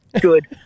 good